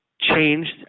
changed